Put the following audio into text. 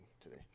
today